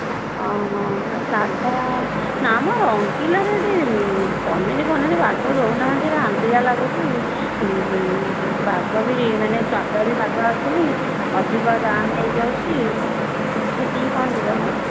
ସାଧା ନା ମ ରଙ୍ଗିଲାରରେ ପନିର୍ ଫନିର୍ ବାଗ ଦେଉନାହାନ୍ତି ଏଗୁଡା ଆମ୍ବିଳା ଲାଗୁଛି ବାଗ ବି ମାନେ ସ୍ଵାଦବି ବାଗ ଆସୁନି ଅଧିକା ଦାମ୍ ନେଇ ଯାଉଛି ସେଠିକି କ'ଣ ଯିବା ମ